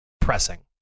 pressing